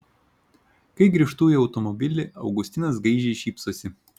kai grįžtu į automobilį augustinas gaižiai šypsosi